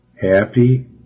Happy